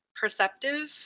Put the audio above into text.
perceptive